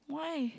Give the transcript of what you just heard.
why